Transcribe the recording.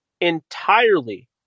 Entirely